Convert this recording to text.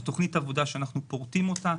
זאת תוכנית עבודה שאנחנו פורטים אותה.